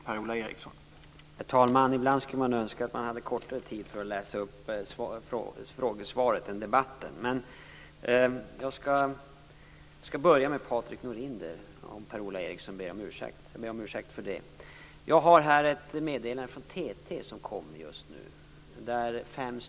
Herr talman! Ibland skulle man önska att man hade kortare tid för att läsa upp interpellationssvaret än för debatten. Jag skall börja med Patrik Norinder, om Per-Ola Eriksson ursäktar. Jag har här ett meddelande från TT som kom alldeles nyss.